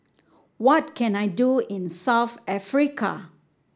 what can I do in South Africa